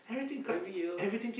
every year